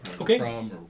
Okay